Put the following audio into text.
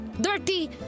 Dirty